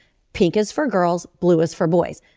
pink is for girls blue is for boys.